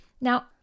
Now